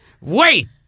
wait